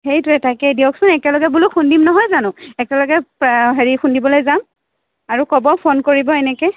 সেইটোৱেই তাকেই দিয়কচোন একেলগে বোলো খুন্দিম নহয় জানো একেলগে হেৰি খুন্দিবলৈ যাম আৰু ক'ব ফোন কৰিব এনেকে